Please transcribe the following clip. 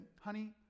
honey